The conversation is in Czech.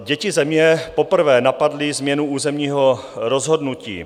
Děti Země poprvé napadly změnu územního rozhodnutí.